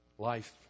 Life